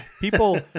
people